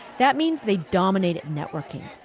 that means they dominate at networking.